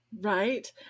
Right